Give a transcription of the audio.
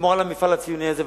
נשמור על המפעל הציוני הזה,